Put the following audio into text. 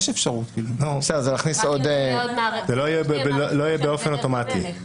זה לא יהיה באופן אוטומטי.